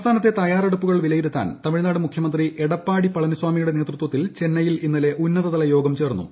സംസ്ഥാനത്തെ തയ്യാറെടുപ്പുകൾ വിലയിരുത്താൻ തമിഴ്നാട് മുഖ്യമന്ത്രി എടപ്പാടി പളനിസ്വാമിയുടെ നേതൃത്വത്തിൽ ചെന്നൈയിൽ ഇന്നലെ ഉന്നതതലയോഗം ചേർന്നു